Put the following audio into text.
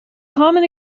common